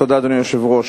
תודה, אדוני היושב-ראש.